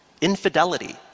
infidelity